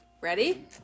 Ready